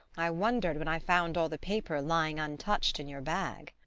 i wondered when i found all the paper lying untouched in your bag.